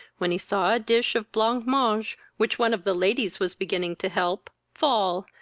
when he saw a dish of blanc mange, which one of the ladies was beginning to help, fall,